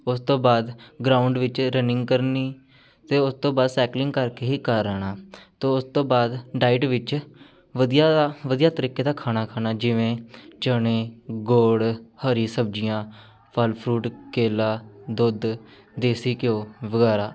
ਉਸ ਤੋਂ ਬਾਅਦ ਗਰਾਊਂਡ ਵਿੱਚ ਰਨਿੰਗ ਕਰਨੀ ਅਤੇ ਉਸ ਤੋਂ ਬਾਅਦ ਸੈਕਲਿੰਗ ਕਰਕੇ ਹੀ ਘਰ ਆਉਣਾ ਤਾਂ ਉਸ ਤੋਂ ਬਾਅਦ ਡਾਇਟ ਵਿੱਚ ਵਧੀਆ ਵਧੀਆ ਤਰੀਕੇ ਦਾ ਖਾਣਾ ਖਾਣਾ ਜਿਵੇਂ ਚਣੇ ਗੁੜ ਹਰੀ ਸਬਜ਼ੀਆਂ ਫ਼ਲ ਫਰੂਟ ਕੇਲਾ ਦੁੱਧ ਦੇਸੀ ਘਿਓ ਵਗੈਰਾ